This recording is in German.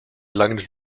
langen